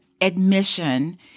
admission